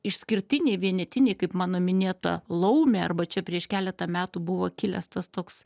išskirtiniai vienetiniai kaip mano minėta laumė arba čia prieš keletą metų buvo kilęs tas toks